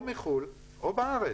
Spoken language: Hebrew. או מחו"ל או בארץ,